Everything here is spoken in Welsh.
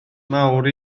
fawr